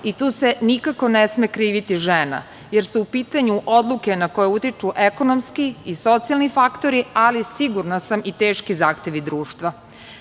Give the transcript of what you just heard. i tu se nikako ne sme kriviti žena, jer su u pitanju odluke na koje utiču ekonomski i socijalni faktori, ali sigurna sam i teški zahtevi društva. Veoma